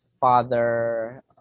father